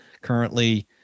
currently